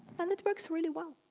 and it works really well.